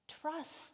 Trust